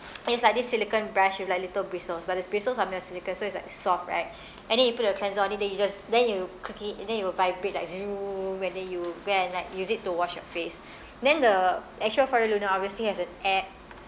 it's like this silicon brush with like little bristles but the bristles are made of silica so it's like soft right and then yo put a cleanser on it then you just then you click it and then it will vibrate like zoom and then you go and like use it to wash your face then the actual Foreo luna obviously has an app